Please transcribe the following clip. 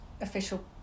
official